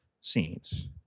scenes